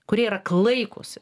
kurie yra klaikūs